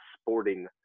sporting –